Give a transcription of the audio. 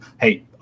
Hey